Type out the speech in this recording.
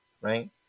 Right